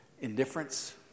indifference